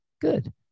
good